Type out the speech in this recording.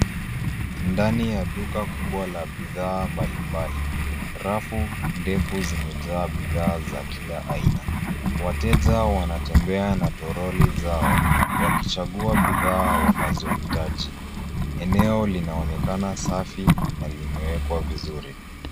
Ndani ya duka kubwa la bidhaa mbalimbali, rafu ndefu zimejaa bidhaa za kila aina. Wateja wanatembea na toroli zao, wakichagua bidhaa wanazohitaji. Eneo linaonekana safi, na limewekwa vizuri.